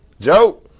Joe